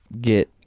get